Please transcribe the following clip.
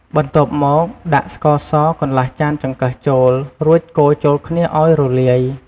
បន្ទាប់មក ដាក់ ស្ករស កន្លះចានចង្កឹះ ចូល រួចកូរចូលគ្នាឱ្យរលាយ។